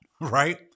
right